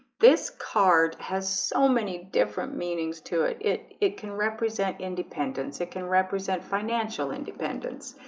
this card has so many different meanings to it it it can represent independence it can represent financial independence